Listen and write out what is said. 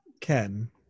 Ken